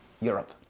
Europe